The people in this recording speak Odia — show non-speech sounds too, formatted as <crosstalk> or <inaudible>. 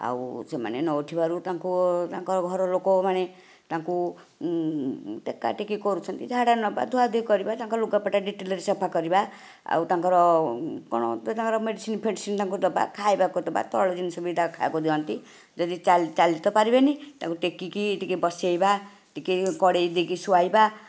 ଆଉ ସେମାନେ ନ ଉଠିବାରୁ ତାଙ୍କୁ ତାଙ୍କ ଘର ଲୋକମାନେ ତାଙ୍କୁ ଟେକା ଟେକି କରୁଛନ୍ତି ଝାଡ଼ା ନେବା ଧୁଆ ଧୋଇ କରିବା ତାଙ୍କର ଲୁଗା ପଟା ଡେଟଲରେ ସଫା କରିବା ଆଉ ତାଙ୍କର କ'ଣ ତାଙ୍କର <unintelligible> ମେଡିସିନ୍ ଫେଡିସିନ୍ ତାଙ୍କୁ ଦବା ଖାଇବାକୁ ଦବା ତୈଳ ଜିନିଷ ବି ତାଙ୍କୁ ଖାଇବାକୁ ଦିଅନ୍ତି ଯଦି ଚାଲି ଚାଲି ତ ପାରିବେନି ତାଙ୍କୁ ଟେକିକି ଟିକେ ବସାଇବା ଟିକେ କଡ଼େଇ ଦେଇକି ଶୁଆଇବା